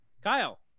Kyle